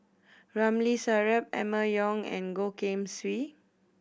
Ramli Sarip Emma Yong and Goh Keng Swee